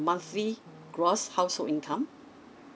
monthly gross household income